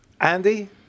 Andy